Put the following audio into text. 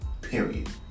Period